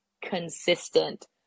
consistent